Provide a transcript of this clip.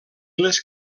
les